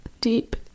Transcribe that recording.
deep